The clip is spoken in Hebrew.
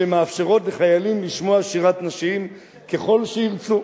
שמאפשרות לחיילים לשמוע שירת נשים ככל שירצו.